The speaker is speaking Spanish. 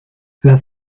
las